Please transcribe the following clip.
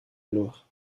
vloer